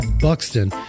Buxton